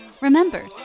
Remember